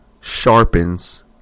sharpens